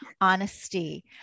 honesty